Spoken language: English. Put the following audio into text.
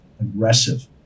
aggressive